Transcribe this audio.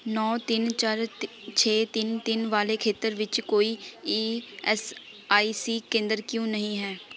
ਨੌ ਤਿੰਨ ਚਾਰ ਤ ਛੇ ਤਿੰਨ ਤਿੰਨ ਵਾਲੇ ਖੇਤਰ ਵਿੱਚ ਕੋਈ ਈ ਐੱਸ ਆਈ ਸੀ ਕੇਂਦਰ ਕਿਉਂ ਨਹੀਂ ਹੈ